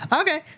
Okay